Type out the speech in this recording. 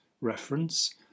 reference